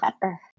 better